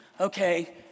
okay